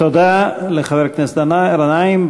תודה לחבר הכנסת גנאים.